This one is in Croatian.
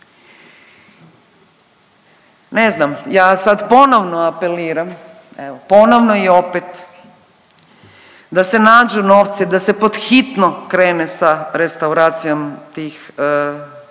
Ne znam, ja sad ponovno apeliram, evo ponovno i opet da se nađu novcu, da se pod hitno krene sa restauracijom tih filmova,